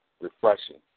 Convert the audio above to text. Refreshing